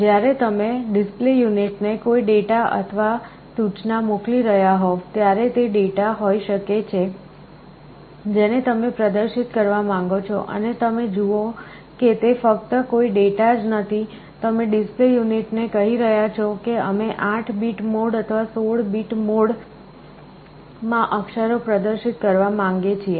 જ્યારે તમે display unit ને કોઈ ડેટા અથવા સૂચના મોકલી રહ્યાં હોવ ત્યારે તે ડેટા હોઇ શકે છે જેને તમે પ્રદર્શિત કરવા માંગો છો અથવા તમે જુઓ કે તે ફક્ત કોઈ ડેટા જ નથી તમે ડિસ્પ્લે યુનિટ ને કહી રહ્યા છો કે અમે 8 બીટ મોડ અથવા 16 બીટ મોડ માં અક્ષરો પ્રદર્શિત કરવા માંગીએ છીએ